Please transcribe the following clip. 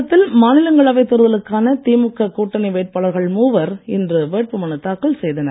தமிழகத்தில் மாநிலங்களவை தேர்தலுக்கான திமுக கூட்டணி வேட்பாளர்கள் மூவர் இன்று வேட்புமனுத் தாக்கல் செய்தனர்